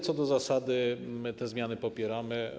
Co do zasady te zmiany popieramy.